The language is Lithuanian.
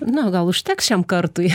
na gal užteks šiam kartui